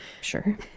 Sure